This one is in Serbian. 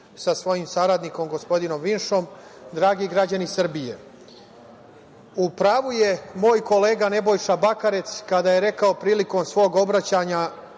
sa svojim saradnikom gospodinom Vinšom, dragi građani Srbije, u pravu je moj kolega Nebojša Bakarec kada je rekao prilikom svog obraćanja